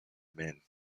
men